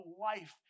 life